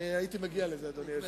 הייתי מגיע לזה, אדוני היושב-ראש,